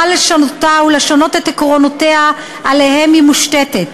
לשנותה ולשנות את העקרונות שעליהם היא מושתתת.